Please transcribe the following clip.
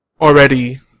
already